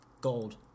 Gold